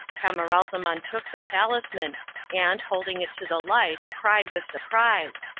camaralzaman took the talisman and, holding it to the light, cried with surprise,